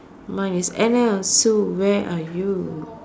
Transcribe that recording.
mine is Anna Sue where are you